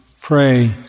pray